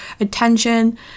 attention